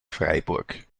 freiburg